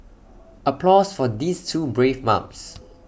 applause for these two brave mums